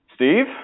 Steve